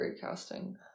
casting